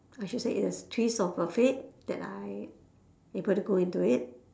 I should say it is twist of a fate that I able to go into it